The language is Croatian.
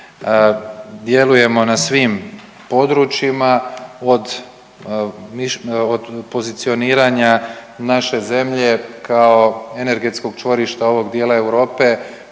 Djelujemo na svim područjima od pozicioniranja naše zemlje kao energetskog čvorišta ovog dijela Europe.